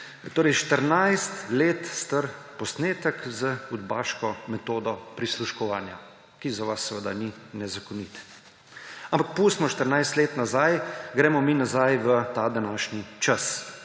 Torej, 14 let star posnetek z udbaško metodo prisluškovanja, ki za vas seveda ni nezakonit. Ampak pustimo 14 let nazaj, gremo mi nazaj v ta današnji čas,